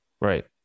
Right